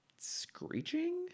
screeching